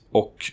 och